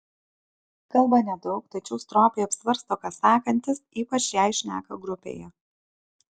kalba nedaug tačiau stropiai apsvarsto ką sakantis ypač jei šneka grupėje